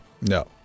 No